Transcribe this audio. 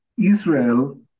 Israel